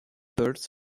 birds